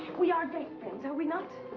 we are great friends, are we not?